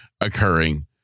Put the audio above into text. occurring